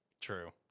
True